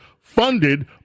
funded